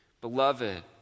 Beloved